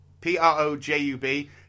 P-R-O-J-U-B